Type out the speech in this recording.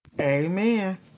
Amen